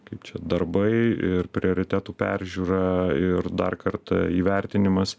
kaip čia darbai ir prioritetų peržiūra ir dar kartą įvertinimas